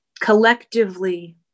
Collectively